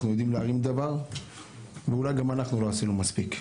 אנחנו יודעים להרים דבר ואולי גם אנחנו לא עשינו מספיק.